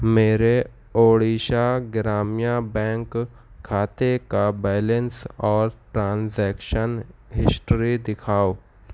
میرے اڑیشہ گرامین بینک کھاتے کا بیلنس اور ٹرانزیکشن ہسٹری دکھاؤ